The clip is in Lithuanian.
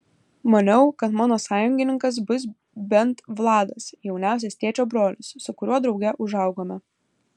maniau kad mano sąjungininkas bus bent vladas jauniausias tėčio brolis su kuriuo drauge užaugome